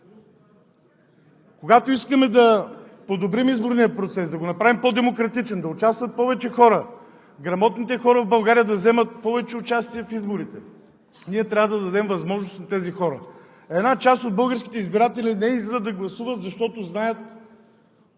Когато искаме да подобрим изборния процес, да го направим по-демократичен, да участват повече хора, грамотните хора в България да вземат повече участие в изборите, ние трябва да дадем възможност на тези хора! Една част от българските избиратели не излизат да гласуват, защото знаят,